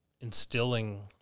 instilling –